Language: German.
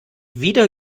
wieder